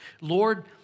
Lord